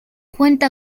cuenta